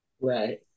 Right